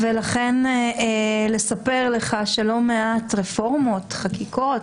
ולכן לספר לך שלא מעט רפורמות, חקיקות